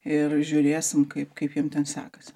ir žiūrėsim kaip kaip jiem ten sekasi